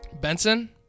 Benson